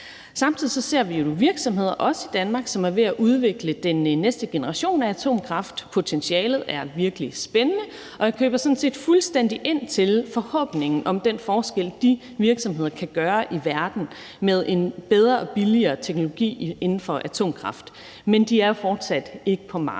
Danmark nogle virksomheder, som er ved at udvikle den næste generation af atomkraft. Potentialet er virkelig spændende, og jeg køber sådan set fuldstændig forhåbningen om den forskel, som de virksomheder kan gøre i verden med en bedre og billigere teknologi indenfor atomkraft, men de er fortsat ikke på markedet.